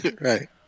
Right